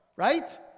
Right